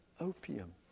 opium